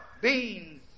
beans